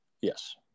Yes